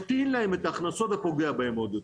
תקטין להן את ההכנסות ותפגע בהן עוד יותר.